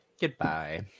Goodbye